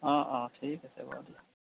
অঁ অঁ ঠিক আছে বাৰু দিয়া